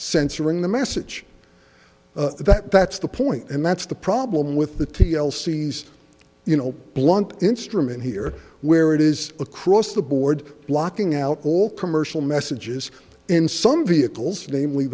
censoring the message that's the point and that's the problem with the t l c s you know blunt instrument here where it is across the board blocking out all commercial messages in some vehicles namely